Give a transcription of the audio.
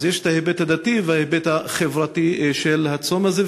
אז יש את ההיבט הדתי ואת ההיבט החברתי של הצום הזה,